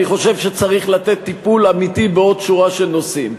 אני חושב שצריך לתת טיפול אמיתי בעוד שורה של נושאים.